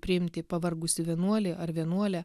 priimti pavargusį vienuolį ar vienuolę